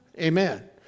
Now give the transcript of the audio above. Amen